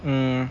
um